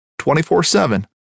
24-7